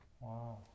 Wow